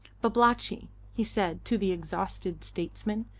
babalatchi, he said to the exhausted statesman,